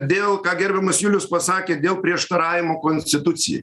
dėl ką gerbiamas julius pasakė dėl prieštaravimo konstitucijai